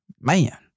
Man